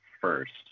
first